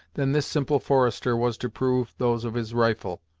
than this simple forester was to prove those of his rifle.